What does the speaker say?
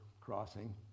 crossing